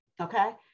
Okay